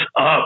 up